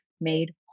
made